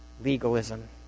Legalism